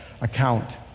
account